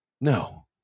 No